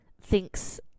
thinks